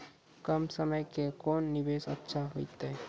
कम समय के कोंन निवेश अच्छा होइतै?